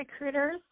recruiters